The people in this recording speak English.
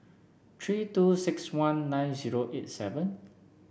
three two six one nine zero eight seven